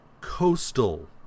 Coastal